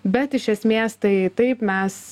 bet iš esmės tai taip mes